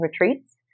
retreats